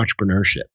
entrepreneurship